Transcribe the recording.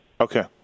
Okay